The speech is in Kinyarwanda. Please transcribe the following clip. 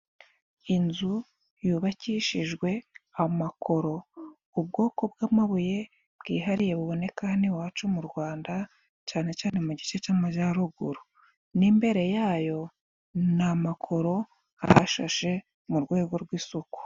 Inzu yubakishijwe amakoro. Ubwoko bw'amabuye bwihariye buboneka hano iwacu mu Rwanda cane cane mu gice c'amajyaruguru. N'imbere yayo ni amakoro ahashashe mu rwego rw'isuku.